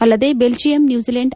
ಅಲ್ಲದೇ Belgium New Zealand